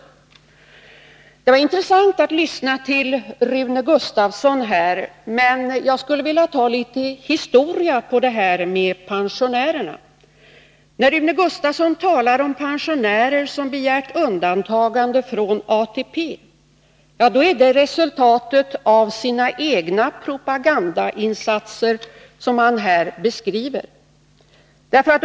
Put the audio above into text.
Det var intressant att lyssna till Rune Gustavsson. Men jag skulle vilja börja med litet historik när det gäller pensionärerna. Rune Gustavsson talar om pensionärer som begärt undantagande från ATP. Men det är ju resultatet av hans egna propagandainsatser som han här beskriver.